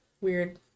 weird